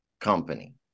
company